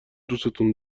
دوستون